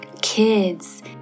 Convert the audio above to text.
kids